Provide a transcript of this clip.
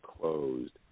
closed